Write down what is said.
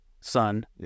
son